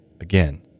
Again